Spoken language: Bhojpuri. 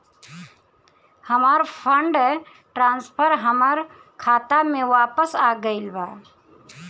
हमर फंड ट्रांसफर हमर खाता में वापस आ गईल बा